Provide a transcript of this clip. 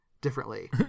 differently